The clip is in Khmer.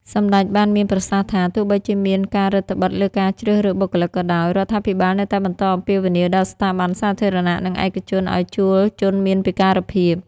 សម្តេចបានមានប្រសាសន៍ថា “ទោះបីជាមានការរឹតត្បិតលើការជ្រើសរើសបុគ្គលិកក៏ដោយ រដ្ឋាភិបាលនៅតែបន្តអំពាវនាវដល់ស្ថាប័នសាធារណៈនិងឯកជនឱ្យជួលជនមានពិការភាព។